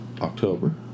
October